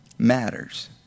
matters